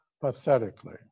pathetically